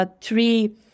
three